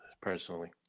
personally